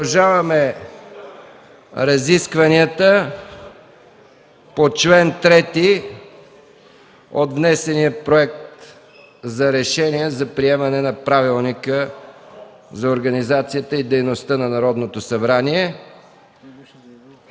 Продължаваме разискванията по чл. 3 от внесения Проект за решение за приемане на Правилника за организацията и дейността на Народното събрание.